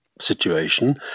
situation